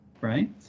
right